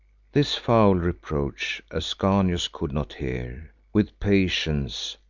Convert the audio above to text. this foul reproach ascanius could not hear with patience,